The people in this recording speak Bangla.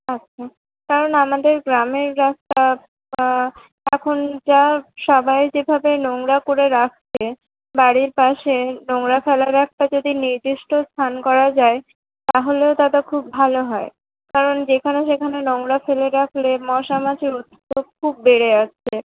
আচ্ছা কারণ আমাদের গ্রামের রাস্তা এখন যা সবাই যেভাবে নোংরা করে রাখছে বাড়ির পাশে নোংরা ফেলার একটা যদি নির্দিষ্ট স্থান করা যায় তাহলেও দাদা খুব ভালো হয় কারণ যেখানে সেখানে নোংরা ফেলে রাখলে মশামাছির উৎপাত খুব বেড়ে যাচ্ছে